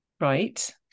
Right